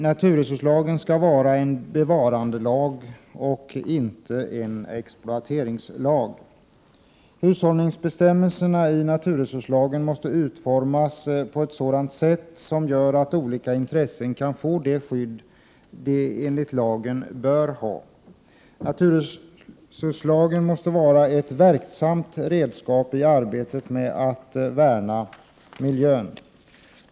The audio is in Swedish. Naturresurslagen skall vara en bevarandelag och inte en exploateringslag. Hushållningsbestämmelserna i naturresurslagen måste utformas på ett sätt som gör att olika intressen kan få det skydd de enligt lagen bör ha. Naturresurslagen måste vara ett verksamt redskap i arbetet med att värna miljön.